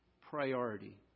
priority